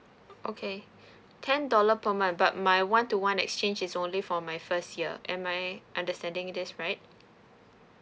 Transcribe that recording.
okay ten dollar per month but my one to one exchange is only for my first year am I understanding this right